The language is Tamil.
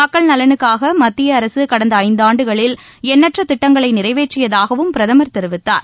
மக்கள் நலனுக்காக மத்திய அரசு கடந்த ஐந்தாண்டுகளில் எண்ணற்ற திட்டங்களை நிறைவேற்றியதாகவும் பிரதமர் தெரிவித்தார்